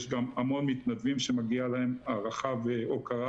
יש המון מתנדבים שמגיע להם הערכה והוקרה